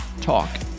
talk